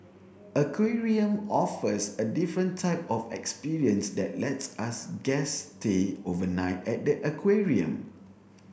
aquarium offers a different type of experience that lets us guests stay overnight at the aquarium